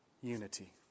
unity